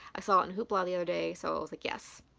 i saw it in hoopla the other day. so i was like yes,